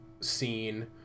scene